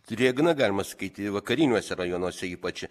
drėgna galima sakyti vakariniuose rajonuose ypač